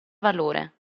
valore